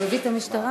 הוא הביא את המשטרה.